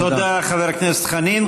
תודה, חבר הכנסת חנין.